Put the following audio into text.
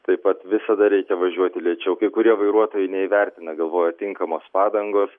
taip pat visada reikia važiuoti lėčiau kai kurie vairuotojai neįvertina galvoja tinkamos padangos